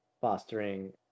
fostering